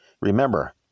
remember